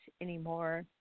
anymore